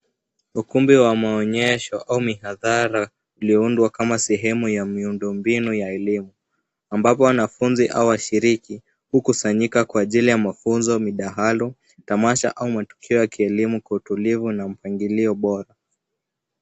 Ukumbi wa maonyesho au mihadhara ulioundwa kama sehemu ya miundo mbinu ya elimu ,ambapo wanafunzi au washiriki hukusanyika kwa ajili ya mafunzo midahalo, tamasha au matukio ya kielimu kwa utulivu na mpangilio bora.